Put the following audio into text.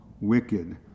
wicked